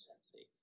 sensei